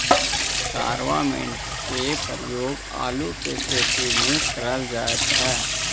carbamate के प्रयोग आलू के खेत में कैल जा हई